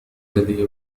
لدي